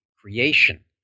creation